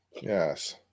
Yes